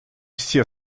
все